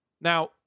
Now